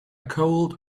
cold